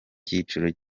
cyiciro